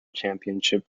championship